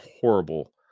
horrible